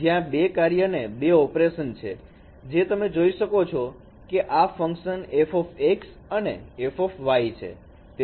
જ્યાં બે કાર્ય ને બે ઓપરેશન છે જે તમે જોઈ શકો છો કે આ ફંકશન f અને f છે